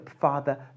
Father